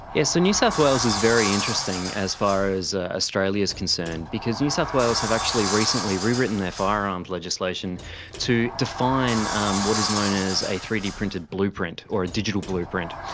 so new south wales is very interesting as far as australia is concerned because new south wales have actually recently rewritten their firearm legislation to define um what is known as a three d printed blueprint or a digital blueprint.